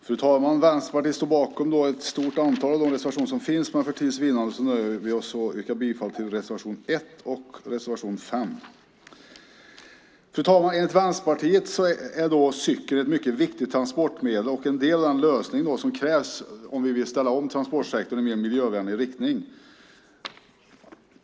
Fru talman! Vänsterpartiet står bakom ett stort antal av de reservationer som finns, men för tids vinnande nöjer vi oss med att yrka bifall till reservationerna 1 och 5. Fru talman! Enligt Vänsterpartiet är cykel ett viktigt transportmedel och en del av den lösning som krävs om vi vill ställa om transportsektorn i mer miljövänlig riktning.